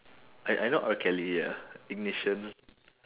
I I know R kelly ah ignition